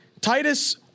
Titus